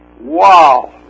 Wow